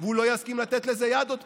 והוא לא יסכים לתת לזה יד עוד פעם.